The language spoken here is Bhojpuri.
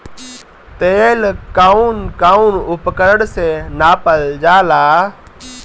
तेल कउन कउन उपकरण से नापल जाला?